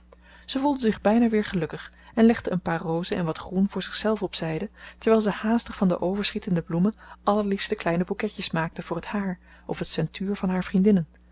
ze voelde zich bijna weer gelukkig en legde een paar rozen en wat groen voor zichzelf op zijde terwijl ze haastig van de overschietende bloemen allerliefste kleine bouquetjes maakte voor het haar of het ceintuur van haar vriendinnen